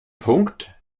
punkt